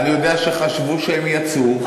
אני יודע שחשבו שהם יצאו.